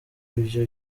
ibyo